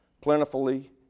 plentifully